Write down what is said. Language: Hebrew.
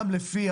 גם לפי